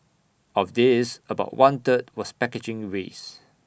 of this about one third was packaging waste